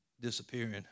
disappearing